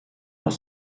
dans